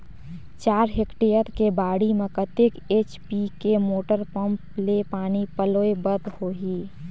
चार हेक्टेयर के बाड़ी म कतेक एच.पी के मोटर पम्म ले पानी पलोय बर होही?